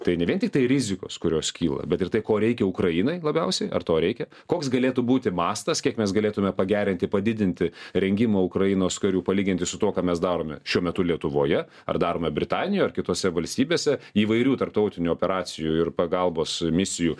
tai ne vien tiktai rizikos kurios kyla bet ir tai ko reikia ukrainai labiausiai ar to reikia koks galėtų būti mastas kiek mes galėtume pagerinti padidinti rengimą ukrainos karių palyginti su tuo ką mes darome šiuo metu lietuvoje ar darome britanijoj ar kitose valstybėse įvairių tarptautinių operacijų ir pagalbos misijų